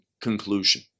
conclusion